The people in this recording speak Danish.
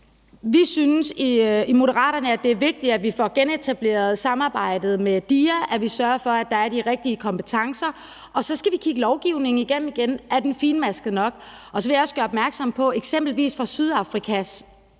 Vi synes i Moderaterne, at det er vigtigt, at vi får genetableret samarbejdet med DIA, og at vi sørger for, at der er de rigtige kompetencer. Og så skal vi kigge lovgivningen igennem igen: Er den finmasket nok? Så vil jeg også gøre opmærksom på, at eksempelvis for Sydafrika